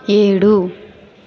ఏడు